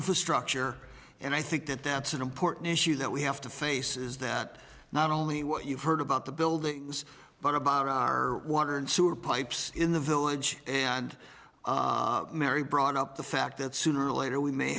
infrastructure and i think that that's an important issue that we have to face is that not only what you heard about the buildings but about our water and sewer pipes in the village and mary brought up the fact that sooner or later we may